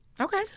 Okay